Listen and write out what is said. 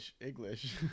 English